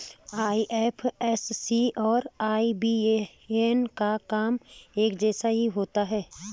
IFSC और IBAN का काम एक जैसा ही होता है